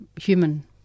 human